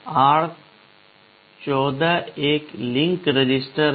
और r14 एक link register है